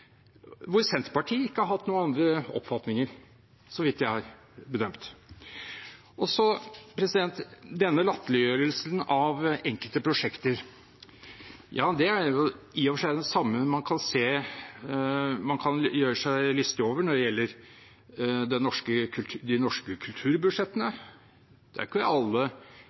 Senterpartiet ikke har hatt noen andre oppfatninger, så vidt jeg har bedømt. Denne latterliggjørelsen av enkelte prosjekter er i og for seg den samme man kan gjøre seg lystig over når det gjelder de norske kulturbudsjettene. Det er ikke alle